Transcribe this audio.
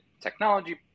technology